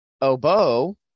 oboe